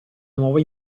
nuova